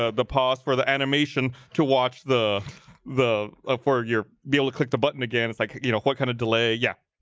ah the pause for the animation to watch the the ah word year be able to click the button again it's like you know what kind of delay. yeah,